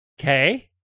Okay